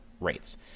rates